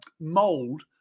mold